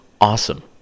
awesome